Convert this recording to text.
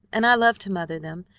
and i love to mother them.